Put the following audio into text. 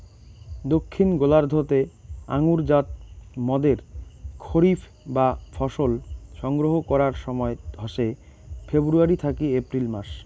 দক্ষিন গোলার্ধ তে আঙুরজাত মদের খরিফ বা ফসল সংগ্রহ করার সময় হসে ফেব্রুয়ারী থাকি এপ্রিল মাস